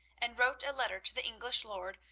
and wrote a letter to the english lord,